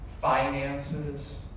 finances